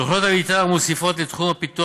תוכניות המתאר מוסיפות לתחום הפיתוח